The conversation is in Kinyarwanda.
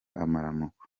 amaramuko